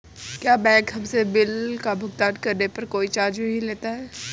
क्या बैंक हमसे बिल का भुगतान करने पर कोई चार्ज भी लेता है?